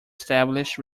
established